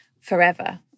forever